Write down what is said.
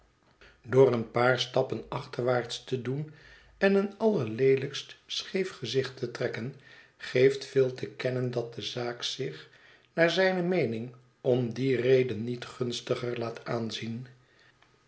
door een paar stappen achterwaarts te doen en een allerleelijkst scheef gezicht te trekken geeft phil te kennen dat de zaak zich naar zijne meening om die reden niet gunstiger laat aanzien